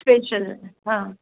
special हा